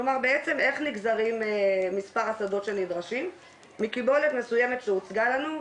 כלומר בעצם איך נגזרים מספר השדות שנדרשים מקיבולת מסוימת שהוצגה לנו,